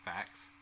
Facts